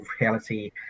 reality